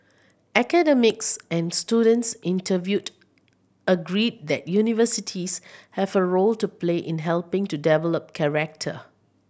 academics and students interviewed agreed that universities have a role to play in helping to develop character